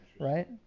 right